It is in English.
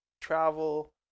travel